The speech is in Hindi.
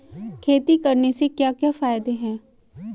खेती करने से क्या क्या फायदे हैं?